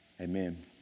Amen